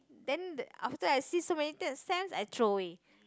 then after I see so many stamps I throw away